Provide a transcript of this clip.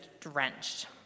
drenched